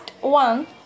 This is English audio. one